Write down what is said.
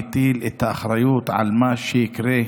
מטיל את האחריות על מה שיקרה,